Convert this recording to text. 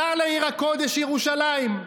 סע לעיר הקודש ירושלים"